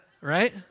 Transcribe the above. right